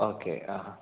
okay Aaha